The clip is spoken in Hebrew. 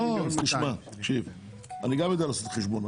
גם אני יודע לעשות חשבון.